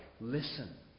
Listen